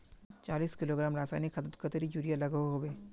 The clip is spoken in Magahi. चालीस किलोग्राम रासायनिक खादोत कतेरी यूरिया लागोहो होबे?